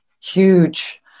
huge